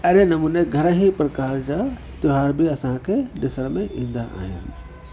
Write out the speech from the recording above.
अहिड़े नमूने घणा ई प्रकार जा त्योहार बि असांखे ॾिसण में ईंदा आहिनि